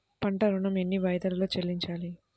పంట ఋణం ఎన్ని వాయిదాలలో చెల్లించాలి?